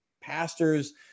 pastors